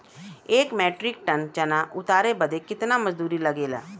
एक metric ton चना उतारे बदे कितना मजदूरी लगे ला?